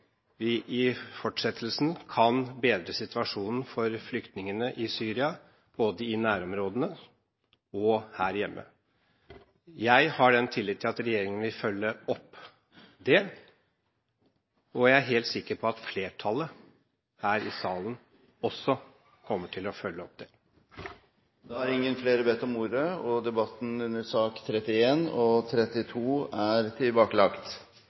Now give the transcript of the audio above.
vi i fortsettelsen kan bedre situasjonen for flyktningene i Syria, både i nærområdene og her hjemme. Jeg har tillit til at regjeringen vil følge opp det, og jeg er helt sikker på at flertallet her i salen også kommer til å følge det opp. Flere har ikke bedt ordet til sakene nr. 31 og 32. Ingen har bedt om ordet. Komiteen er oppteken av å betra sikkerheita på sjøen og